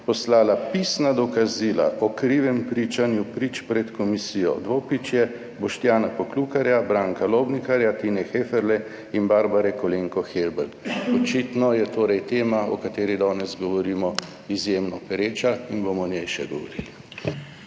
poslala pisna dokazila o krivem pričanju prič pred komisijo: Boštjana Poklukarja, Branka Lobnikarja, Tine Heferle in Barbare Kolenko Helbl. Očitno je torej tema, o kateri danes govorimo, izjemno pereča in bomo o njej še govorili.